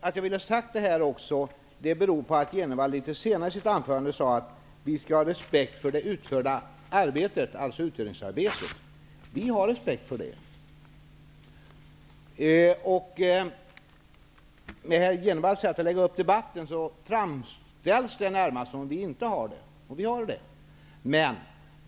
Att jag ville säga detta beror också på att Jenevall litet senare i sitt anförande sade att vi skall ha respekt för det utförda utredningsarbetet. Vi har respekt för det. Med herr Jenevalls sätt att framställa det framstår det närmast som om vi inte har det, men så är det.